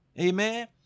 Amen